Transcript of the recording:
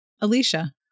Alicia